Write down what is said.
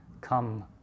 Come